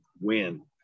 win